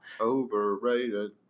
Overrated